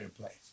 place